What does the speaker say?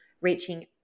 reaching